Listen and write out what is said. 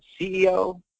CEO